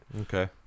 Okay